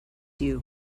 you